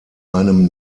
einem